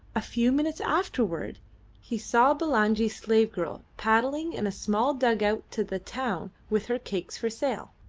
a few minutes afterwards he saw bulangi's slave-girl paddling in a small dug-out to the town with her cakes for sale.